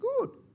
Good